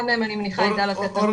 אני מניחה שאחד מהם יכול להתייחס.